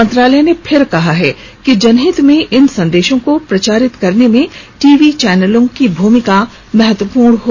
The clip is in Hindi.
मंत्रालय ने फिर कहा है कि जनहित में इन संदेशों को प्रचारित करने में टीवी चैनलों की भूमिका महत्वपूर्ण हैं